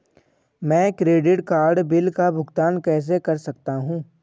मैं credit card bill का भुगतान कैसे कर सकता हूं?